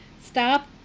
Stop